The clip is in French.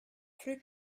plus